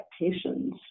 expectations